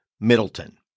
Middleton